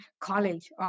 college